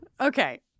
okay